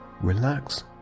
relax